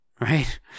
right